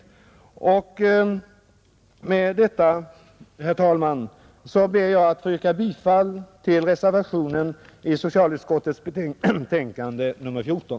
Med detta, herr talman, ber jag att få yrka bifall till reservationen vid socialutskottets betänkande nr 14.